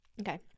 Okay